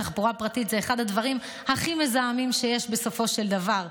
תחבורה פרטית זה אחד הדברים הכי מזהמים שיש בסופו של דבר,